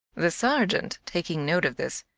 the sergeant, taking note of this,